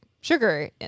sugar